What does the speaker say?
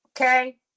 Okay